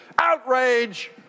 Outrage